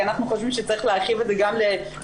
כי אנחנו חושבים שצריך להרחיב את זה גם לנוער,